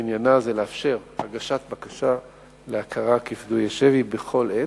ועניינה לאפשר הגשת בקשה להכרה כפדויי שבי בכל עת.